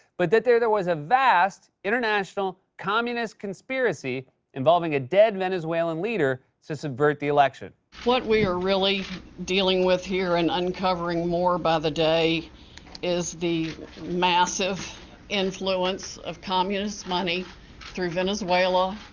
but that there there was a vast international communist conspiracy involving a dead venezuela and leader to subvert the election. what we are really dealing with here and uncovering more by the day is the massive influence of communist money through venezuela,